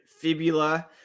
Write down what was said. fibula